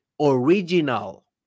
original